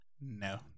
No